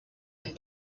any